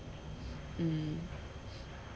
mm